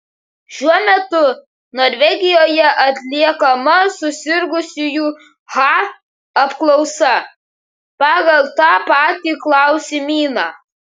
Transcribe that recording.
šiuo metu norvegijoje atliekama susirgusiųjų ha apklausa pagal tą patį klausimyną